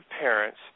parents